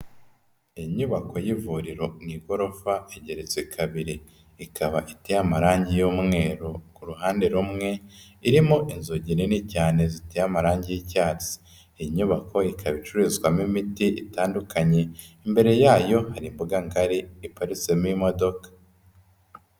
Inyubako y'ivuriro mu igorofa igeretse kabiri. Ikaba iteye amarangi y'umweru ku ruhande rumwe, irimo inzugi nini cyane ziteye amarangi y'icyatsi. Iyi nyubako ikaba icururizwamo imiti itandukanye. Imbere yayo hari imbuga ngari iparitsemo imodoka.